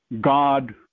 God